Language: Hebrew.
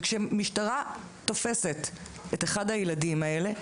שכשמשטרה תופסת את אחד הילדים האלה,